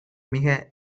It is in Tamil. மிக